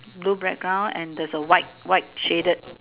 blue background and there's a white white shaded